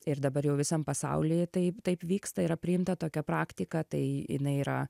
ir dabar jau visam pasaulyje tai taip vyksta yra priimta tokia praktika tai jinai yra